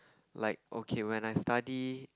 like okay when I study